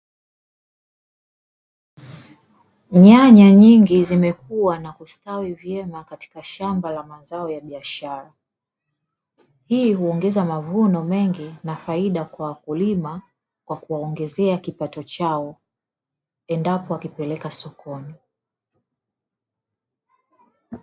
Nyanya nyingi zimekuwa na kustawi vyema katika shamba la mazao ya biashara. Hii huongeza mavuno mengi na faida kwa wakulima, kwa kuwaongezea kipato chao endapo wakipeleka sokoni.